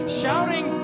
shouting